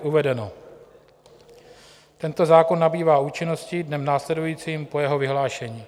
V uvedeno: Tento zákon nabývá účinnosti dnem následujícím po jeho vyhlášení.